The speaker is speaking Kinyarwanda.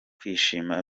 kwishima